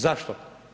Zašto?